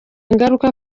ingaruka